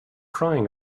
crying